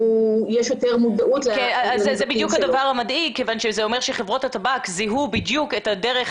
זה בדיוק הדבר המדאיג כיוון שזה אומר שחברות הטבק זיהו בדיוק את הדרך